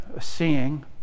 seeing